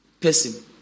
person